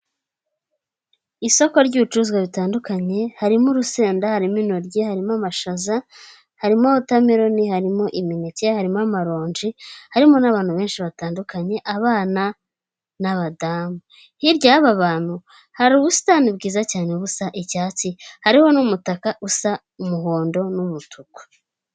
Isoko ry'ibicuruzwa bitandukanye harimo; urusenda, harimo intoryi, harimo amashaza, harimo wotameroni, harimo imineke, harimo amaronji, harimo n'abantu benshi batandukanye abana n'abadamu. Hirya y'aba bantu hari ubusitani bwiza cyane busa icyatsi, hariho n'umutaka usa umuhondo n'umutuku.